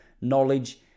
knowledge